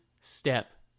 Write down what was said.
step